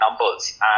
numbers